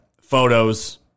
Photos